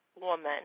woman